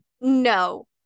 No